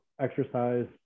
exercise